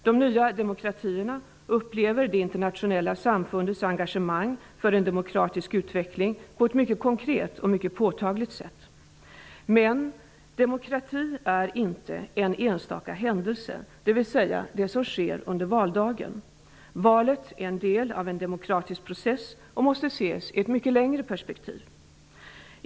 De nya demokratierna upplever det internationella samfundets engagemang för en demokratisk utveckling på ett mycket konkret och påtagligt sätt. Men demokrati är inte en enstaka händelse, inte bara de som sker under valdagen. Valet är en del av en demokratisk process och måste ses i ett mycket längre perspektiv.